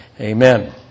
Amen